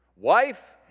Wife